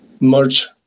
merge